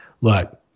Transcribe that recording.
look